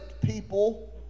people